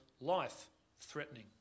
life-threatening